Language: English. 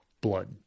blood